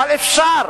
אבל אפשר